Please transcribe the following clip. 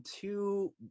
two